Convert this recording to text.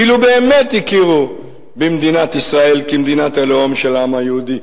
אילו באמת הכירו במדינת ישראל כמדינת הלאום של העם היהודי,